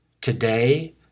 Today